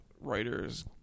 writers